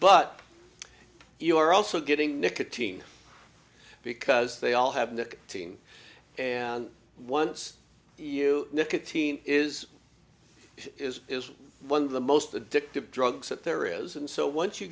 but you are also getting nicotine because they all have the team and once you nicotine is is is one of the most addictive drugs that there is and so once you